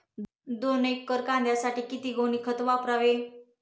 दोन एकर कांद्यासाठी किती गोणी खत वापरावे?